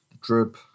drip